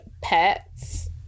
pets